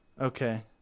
Okay